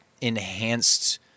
enhanced